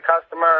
customer